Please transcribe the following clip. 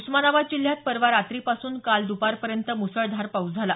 उस्मानाबाद जिल्ह्यात परवा रात्रीपासून काल द्पारपर्यंत मुसळधार पाऊस झाला